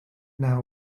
now